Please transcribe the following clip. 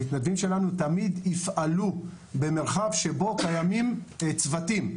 המתנדבים שלנו תמיד יפעלו במרחב שבו קיימים צוותים.